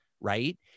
right